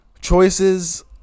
Choices